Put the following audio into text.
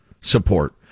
support